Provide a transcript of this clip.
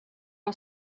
all